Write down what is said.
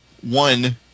one